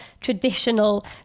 traditional